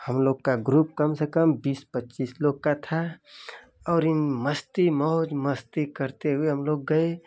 हम लोग का ग्रुप कम से कम बीस पच्चीस लोग का था और इन मस्ती मौज मस्ती करते हुए हम लोग गए